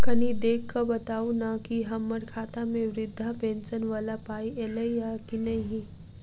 कनि देख कऽ बताऊ न की हम्मर खाता मे वृद्धा पेंशन वला पाई ऐलई आ की नहि?